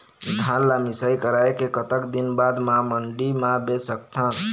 धान ला मिसाई कराए के कतक दिन बाद मा मंडी मा बेच सकथन?